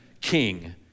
king